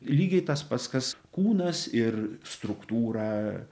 lygiai tas pats kas kūnas ir struktūra